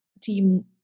team